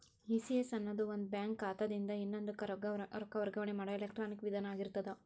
ECS ಅನ್ನೊದು ಒಂದ bank ಖಾತಾದಿನ್ದ ಇನ್ನೊಂದಕ್ಕ ರೊಕ್ಕ ವರ್ಗಾವಣೆ ಮಾಡೊ ಎಲೆಕ್ಟ್ರಾನಿಕ್ ವಿಧಾನ ಆಗಿರ್ತದ